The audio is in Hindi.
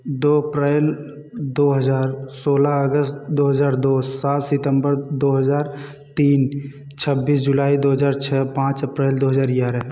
दो अप्रैल दो हजार सोलह अगस्त दो हजार दो सात सितंबर दो हजार तीन छब्बीस जुलाई दो हजार छ पाँच अप्रैल दो हजार ग्यारह